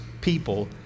people